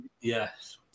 Yes